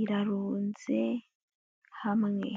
irarunze hamwe.